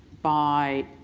by,